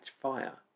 fire